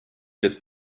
des